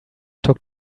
took